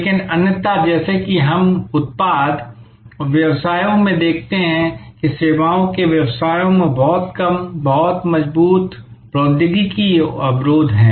लेकिन अन्यथा जैसा कि हम उत्पाद व्यवसायों में देखते हैं सेवाओं के व्यवसायों में बहुत कम बहुत मजबूत प्रौद्योगिकी अवरोध हैं